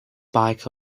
bike